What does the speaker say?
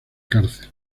cárcel